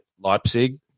Leipzig